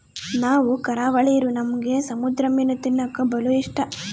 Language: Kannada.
ನಾವು ಕರಾವಳಿರೂ ನಮ್ಗೆ ಸಮುದ್ರ ಮೀನು ತಿನ್ನಕ ಬಲು ಇಷ್ಟ